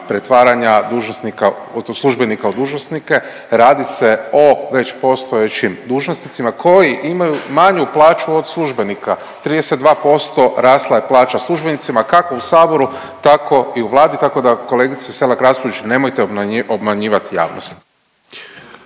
dužnosnika, službenika u dužnosnike, radi se o već postojećim dužnosnicima koji imaju manju plaću od službenika, 32% rasla je plaća službenicima, kako u Saboru, tako i u Vladi, tako da, kolegice Selak Raspudić, nemojte obmanjivati javnost.